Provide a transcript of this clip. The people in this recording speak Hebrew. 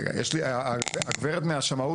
רגע, הגברת מהשמאות